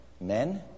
Men